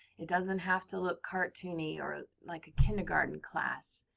it doesn't have to look cartoony or like a kindergarten class.